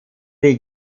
die